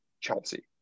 Chelsea